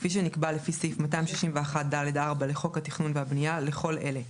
כפי שנקבע לפי סעיף 261(ד)(4) לחוק התכנון והבנייה לכל אלה: